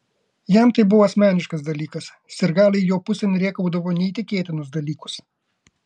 jam tai buvo asmeniškas dalykas sirgaliai jo pusėn rėkaudavo neįtikėtinus dalykus